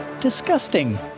Disgusting